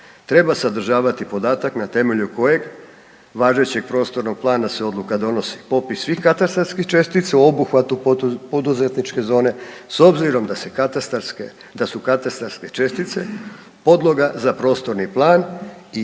treba sadržavati podatak na temelju kojeg važećeg prostornog plana se odluka donosi. Popis svih katastarskih čestica u obuhvatu poduzetničke zone s obzirom da se katastarske, da su katastarske čestice podloga za prostorni plan i